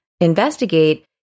investigate